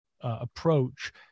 approach